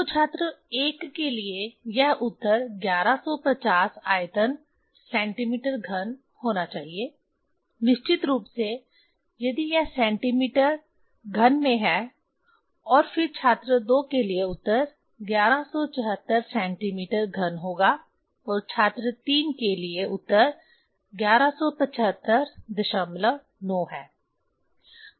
तो छात्र 1 के लिए यह उत्तर 1150 आयतन cm घन होना चाहिए निश्चित रूप से यदि यह सेंटीमीटर cm घन में है और फिर छात्र 2 के लिए उत्तर 1174 cm घन होगा और छात्र 3 के लिए उत्तर 11759 है